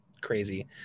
crazy